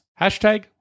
Hashtag